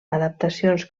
adaptacions